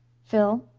phil,